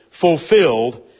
fulfilled